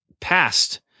past